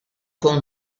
con